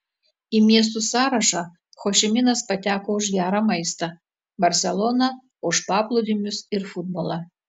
į miestų sąrašą ho ši minas pateko už gerą maistą barselona už paplūdimius ir futbolą